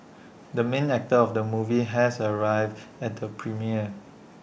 the main actor of the movie has arrived at the premiere